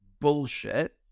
bullshit